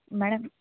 madam